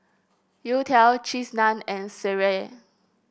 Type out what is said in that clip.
youtiao Cheese Naan and sireh